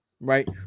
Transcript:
right